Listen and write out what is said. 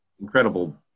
incredible